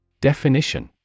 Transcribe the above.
Definition